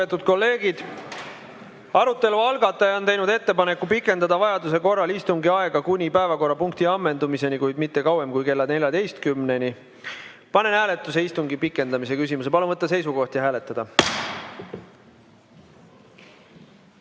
on teinud ettepaneku pikendada vajaduse korral istungi aega kuni päevakorrapunkti ammendumiseni, kuid mitte kauem kui kella 14-ni. Panen hääletusele istungi pikendamise küsimuse. Palun võtta seisukoht ja hääletada!